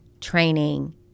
training